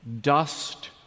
Dust